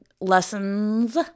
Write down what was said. lessons